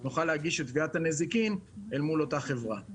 נוכל להגיש את תביעת הנזיקין אל מול אותה חברה.